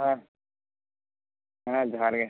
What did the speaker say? ᱦᱮᱸ ᱦᱮᱸ ᱦᱮᱸ ᱡᱚᱦᱟᱨ ᱜᱮ